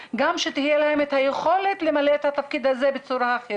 שתהיה להם את היכולת למלא את התפקיד הזה בצורה אחרת.